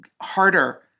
harder